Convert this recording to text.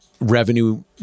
revenue